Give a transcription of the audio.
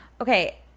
okay